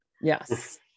Yes